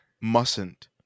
mustn't